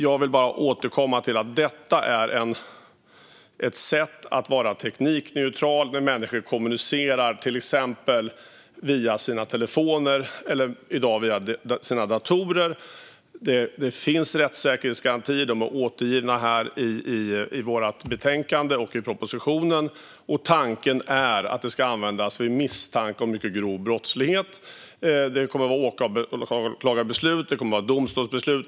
Jag vill bara återkomma till att detta är ett sätt att vara teknikneutral när människor kommunicerar till exempel via sina telefoner eller via sina datorer. Det finns rättssäkerhetsgarantier - de är återgivna i vårt betänkande och i propositionen. Tanken är att detta ska användas vid misstanke om mycket grov brottslighet. Det kommer att vara åklagarbeslut. Det kommer att vara domstolsbeslut.